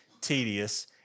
tedious